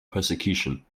persecution